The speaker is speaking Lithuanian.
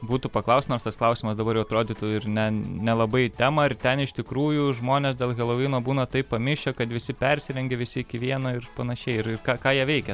būtų paklaust nors tas klausimas dabar jau atrodytų ir ne nelabai į temą ar ten iš tikrųjų žmonės dėl helovino būna taip pamišę kad visi persirengia visi iki vieno ir panašiai ir ir ką ką jie veikia